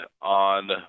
on